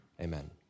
Amen